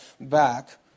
back